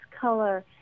color